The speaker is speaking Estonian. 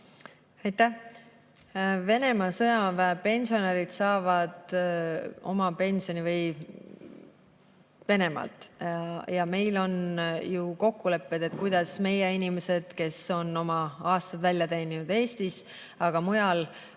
Aitäh! Venemaa sõjaväepensionärid saavad oma pensioni Venemaalt. Meil on ju kokkulepped, kuidas meie inimesed, kes on oma aastad välja teeninud Eestis, aga mujal